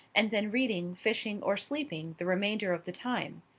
and then reading, fishing, or sleeping the remainder of the time.